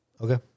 Okay